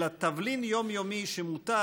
אלא תבלין יומיומי שמותר,